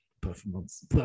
performance